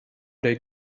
they